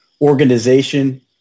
organization